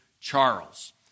Charles